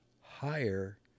higher